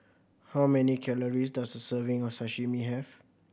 how many calories does a serving of Sashimi have